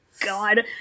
God